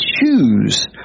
choose